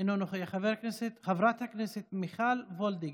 אינו נוכח, חברת הכנסת מיכל וולדיגר,